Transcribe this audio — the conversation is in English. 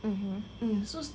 mmhmm